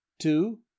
two